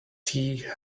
tea